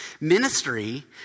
Ministry